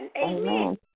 Amen